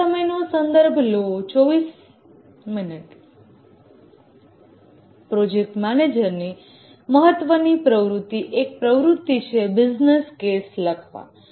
project manager ની મહત્વની પ્રવૃત્તિઓમાં ની એક પ્રવૃત્તિ છે બિઝનેસ કેસ લખવા